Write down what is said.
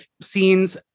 scenes